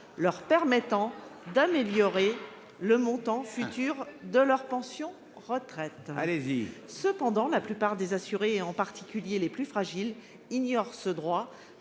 leur permettant d'améliorer le montant futur de leur pension de retraite. Cependant, la plupart des assurés, en particulier les plus fragiles, ignorent ce droit.